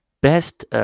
Best